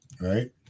Right